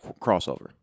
crossover